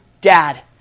Dad